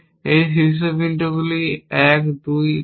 এই শীর্ষবিন্দুগুলি 1 2 এবং 3